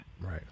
Right